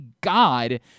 God